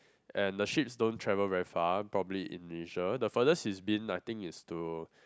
and the ship is don't travel very far probably in Malaysia the furthest is been like I think is to